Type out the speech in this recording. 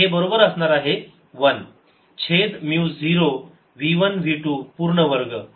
हे बरोबर असणार आहे 1 छेद म्यू 0 v 1 v 2 पूर्ण वर्ग